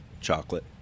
chocolate